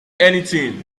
anything